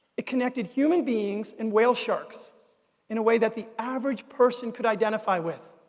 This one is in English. it connected human beings and whale sharks in a way that the average person could identify with.